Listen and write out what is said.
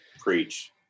Preach